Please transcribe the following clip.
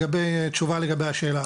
ולהוות תשובה חד משמעית לגבי השאלה.